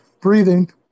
breathing